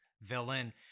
villain